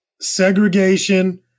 segregation